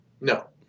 No